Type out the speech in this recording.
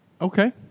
Okay